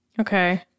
Okay